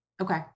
Okay